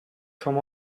come